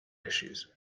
issues